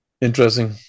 Interesting